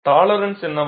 tolerance என்ன